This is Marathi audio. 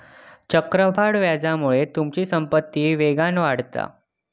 चक्रवाढ व्याजामुळे तुमचो संपत्ती वेगान वाढता